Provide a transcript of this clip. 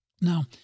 Now